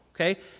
Okay